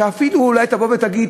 שאפילו אולי תבוא ותגיד,